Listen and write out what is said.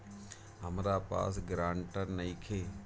हमरा पास ग्रांटर नइखे?